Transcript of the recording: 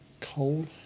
Cold